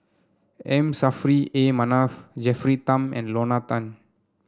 M Saffri A Manaf Jennifer Tham and Lorna Tan